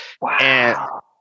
Wow